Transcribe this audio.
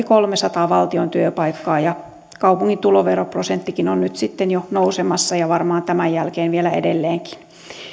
kolmensadan valtion työpaikkaa ja kaupungin tuloveroprosenttikin on nyt sitten jo nousemassa ja varmaan tämän jälkeen vielä edelleenkin